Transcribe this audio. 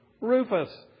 Rufus